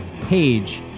page